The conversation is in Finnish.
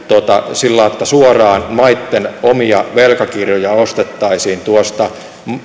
sillä lailla että suoraan maitten omia velkakirjoja ostettaisiin tuosta